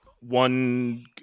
one